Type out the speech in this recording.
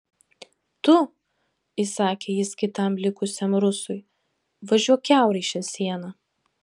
tu įsakė jis kitam likusiam rusui važiuok kiaurai šią sieną